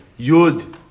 Yud